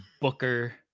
Booker